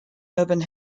urban